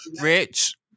Rich